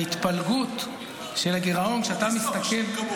ההתפלגות של הגירעון שאתה מסתכל,